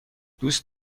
دوست